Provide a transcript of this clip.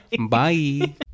Bye